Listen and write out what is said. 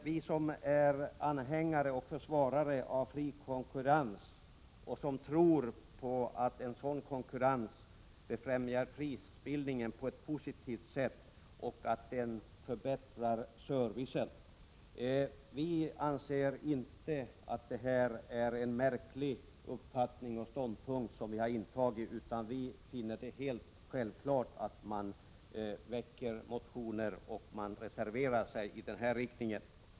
Vi som är anhängare och försvarare av en fri konkurrens och tror på att en sådan konkurrens befrämjar prisbildningen på ett positivt sätt och förbättrar servicen anser däremot inte att vi skulle ha intagit en märklig ståndpunkt. Vi finner det alldeles självklart att man väcker motioner och reserverar sig i denna riktning.